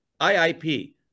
IIP